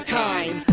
time